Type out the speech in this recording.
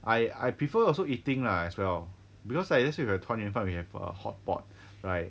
I I prefer also eating lah as well because I just feel like 团年饭 we have a hotpot right